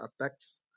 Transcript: attacks